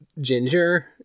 ginger